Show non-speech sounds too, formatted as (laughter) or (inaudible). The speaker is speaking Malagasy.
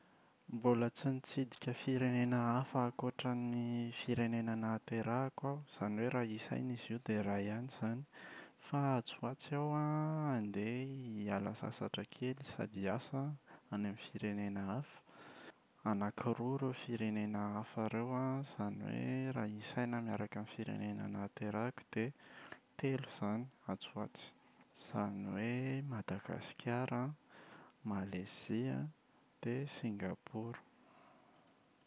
Mbola tsy nitsidika firenena hafa ankoatra ny firenena nahaterahako aho, izany hoe raha isaina izy io dia iray ihany izany. Fa atsy ho atsy aho an (hesitation) handeha hiala sasatra kely sady hiasa an (hesitation) any amin’ny firenena hafa. Anakiroa ireo firenena hafa ireo an, izany hoe raha isaina miaraka amin’ny firenena nahateraka dia telo izany atsy ho atsy. Izany hoe: Madagasikara, Malezia dia Singaporo.